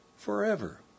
Forever